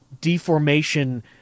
deformation